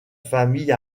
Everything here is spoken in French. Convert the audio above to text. famille